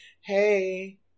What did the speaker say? hey